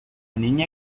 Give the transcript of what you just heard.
niña